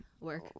work